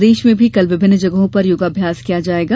प्रदेश में भी कल विभिन्न जगहों पर योगाभ्यास किया जायेगा